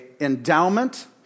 endowment